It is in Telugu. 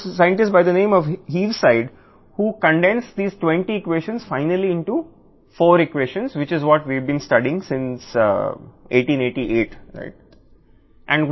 హెవీసైడ్ అనే ఈ శాస్త్రవేత్త చివరికి ఈ 20 ఈక్వేషన్లను 4 ఈక్వేషన్లుగా సంగ్రహించాడు ఇది మనం 1888 నుండి చదువుతున్నాము